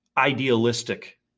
idealistic